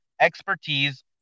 expertise